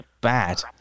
bad